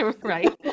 right